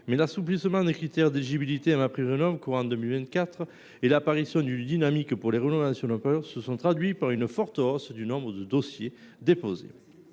L’assouplissement des critères d’éligibilité à MaPrimeRénov’ courant 2024 et l’apparition d’une dynamique pour les rénovations d’ampleur se sont traduits par une forte hausse du nombre de dossiers déposés.